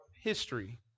history